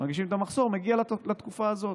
מרגישים את המחסור מגיעים לתקופה הזאת,